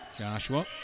Joshua